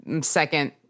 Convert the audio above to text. second